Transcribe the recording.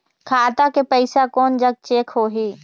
खाता के पैसा कोन जग चेक होही?